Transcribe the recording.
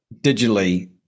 digitally